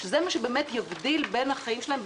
שזה מה שבאמת ישנה את החיים שלהם,